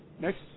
Next